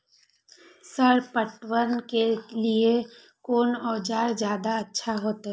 Sir पटवन के लीऐ कोन औजार ज्यादा अच्छा होते?